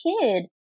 kid